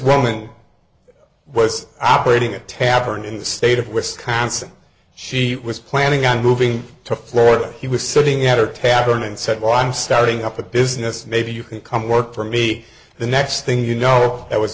woman was operating a tavern in the state of wisconsin she was planning on moving to florida he was sitting at a tavern and said well i'm starting up a business maybe you can come work for me the next thing you know that was